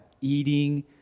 eating